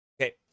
Okay